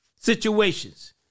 situations